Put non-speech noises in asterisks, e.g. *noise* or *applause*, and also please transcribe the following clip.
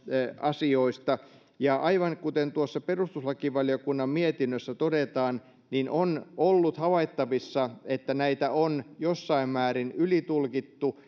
asioista ja aivan kuten tuossa perustuslakivaliokunnan mietinnössä todetaan on ollut havaittavissa että näitä on jossain määrin ylitulkittu *unintelligible*